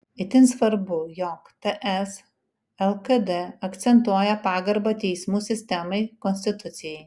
itin svarbu jog ts lkd akcentuoja pagarbą teismų sistemai konstitucijai